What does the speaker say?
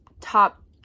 top